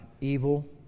evil